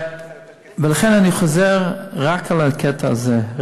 ולכן אני חוזר רק על הקטע הזה,